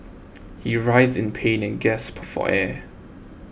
he writhed in pain and gasped for air